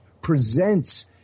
presents